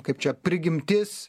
kaip čia prigimtis